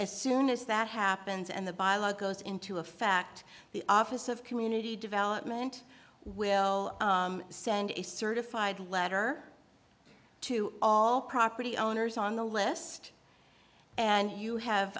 as soon as that happens and the buy a lot goes into a fact the office of community development will send a certified letter to all property owners on the list and you have